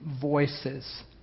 voices